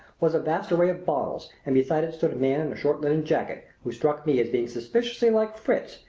was a vast array of bottles and beside it stood a man in a short linen jacket, who struck me as being suspiciously like fritz,